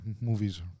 movies